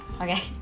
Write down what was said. Okay